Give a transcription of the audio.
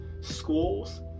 schools